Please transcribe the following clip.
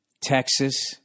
Texas